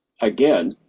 Again